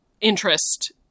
interest